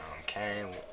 Okay